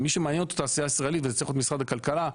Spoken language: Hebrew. למי שמעניין אותו התעשייה הישראלית וזה צריך להיות משרד הכלכלה,